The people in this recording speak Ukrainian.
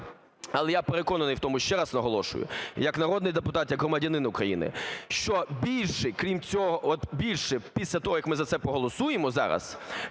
Але я переконаний в тому, ще раз наголошую, як народний депутат, як громадянин України, що більше, крім цього, от більше, після того, як ми за це проголосуємо зараз,